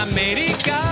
America